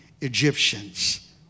Egyptians